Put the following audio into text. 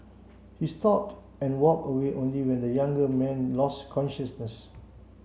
he stopped and walked away only when the younger man lost consciousness